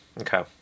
Okay